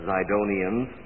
Zidonians